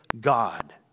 God